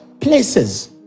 places